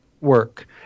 work